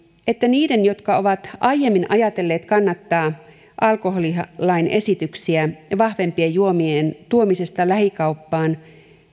että niiden jotka ovat aiemmin ajatelleet kannattaa alkoholilain esityksiä vahvempien juomien tuomisesta lähikauppaan